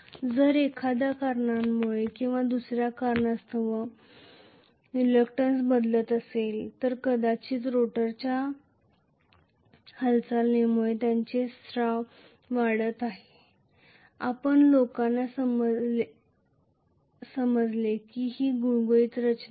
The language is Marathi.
जर एखाद्या कारणामुळे किंवा दुसर्या कारणास्तव रिलक्टंन्स बदलत असेल तर कदाचित रोटरच्या हालचालीमुळे बदलत आहे आपण लोकांना समजले की ही गुळगुळीत रचना नाही